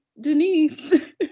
Denise